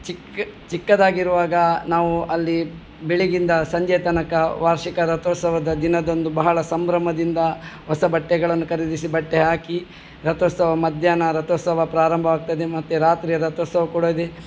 ಚಿಕ್ಕ ಚಿಕ್ಕದಾಗಿರುವಾಗ ನಾವು ಅಲ್ಲಿ ಬೆಳಗ್ಗಿಂದ ಸಂಜೆ ತನಕ ವಾರ್ಷಿಕ ರಥೋತ್ಸವದ ದಿನದಂದು ಬಹಳ ಸಂಭ್ರಮದಿಂದ ಹೊಸ ಬಟ್ಟೆಗಳನ್ನು ಖರೀದಿಸಿ ಬಟ್ಟೆ ಹಾಕಿ ರಥೋತ್ಸವ ಮಧ್ಯಾಹ್ನ ರಥೋತ್ಸವ ಪ್ರಾರಂಭವಾಗ್ತದೆ ಮತ್ತು ರಾತ್ರಿ ರಥೋತ್ಸವ ಕೂಡ ಇದೆ